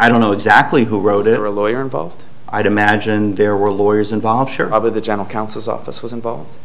i don't know exactly who wrote it or a lawyer involved i do magine there were lawyers involved with the general counsel's office was involved